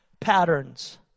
patterns